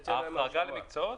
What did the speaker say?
תצא להם הנשמה.